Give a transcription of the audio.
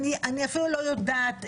אני אפילו לא יודעת,